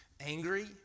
angry